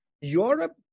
Europe